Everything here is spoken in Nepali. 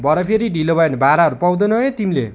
भरे फेरि ढिलो भयो भने भाडाहरू पाउदैनौ है तिमीले